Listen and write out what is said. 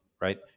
right